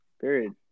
Period